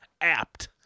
Apt